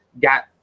got